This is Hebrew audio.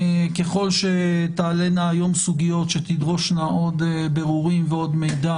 ככל שתעלנה היום סוגיות שתדרושנה עוד בירורים ועוד מידע,